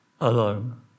alone